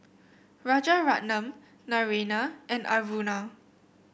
Rajaratnam Naraina and Aruna